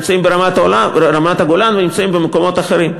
ברמת-הגולן ובמקומות אחרים.